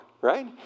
right